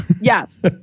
Yes